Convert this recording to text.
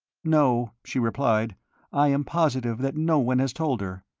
no, she replied i am positive that no one has told her.